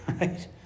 right